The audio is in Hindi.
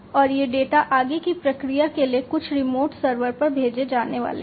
और ये डेटा आगे की प्रक्रिया के लिए कुछ रिमोट सर्वर पर भेजे जाने वाले हैं